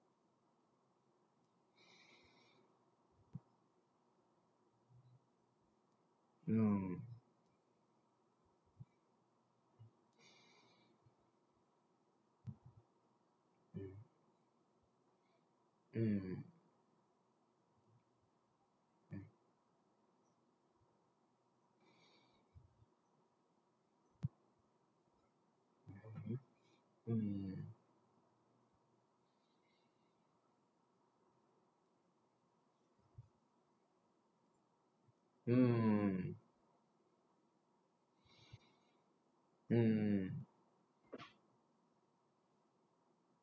mm mm mm mm mm